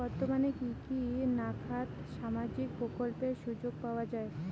বর্তমানে কি কি নাখান সামাজিক প্রকল্পের সুযোগ পাওয়া যায়?